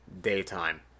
daytime